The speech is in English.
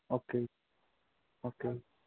okay okay